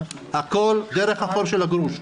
הכול דרך החור של הגרוש.